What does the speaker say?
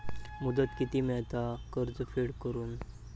मुदत किती मेळता कर्ज फेड करून?